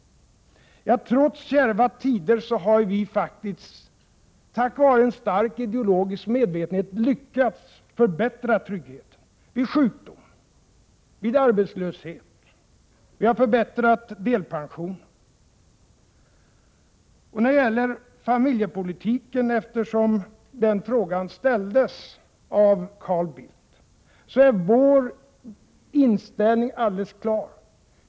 Trots kärva tider har vi faktiskt, tack vare en stark ideologisk medvetenhet, lyckats förbättra tryggheten vid sjukdom och vid arbetslöshet. Vi har förbättrat delpensionen. När det gäller familjepolitiken — eftersom den frågan ställdes av Carl Bildt — är vår inställning alldeles klar.